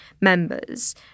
members